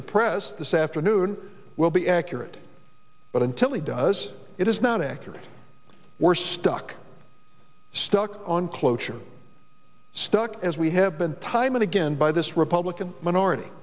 the press this afternoon will be accurate but i silly does it is not accurate we're stuck stuck on cloture stuck as we have been time and again by this republican minority